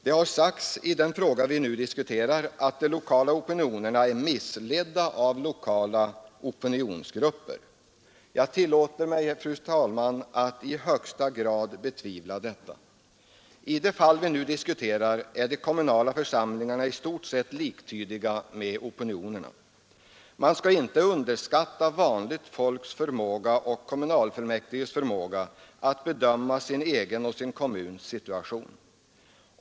Det har i den fråga vi nu debatterar sagts att de lokala opinionerna är missledda av lokala opinionsgrupper. Jag tillåter mig, fru talman, att betvivla detta. I det diskuterade fallet är de kommunala församlingarna i stort sett liktydiga med opinionerna. Man skall inte underskatta vanligt folks och kommunalfullmäktiges förmåga att bedöma sin egen och sin kommuns situation.